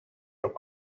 from